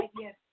yes